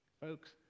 Folks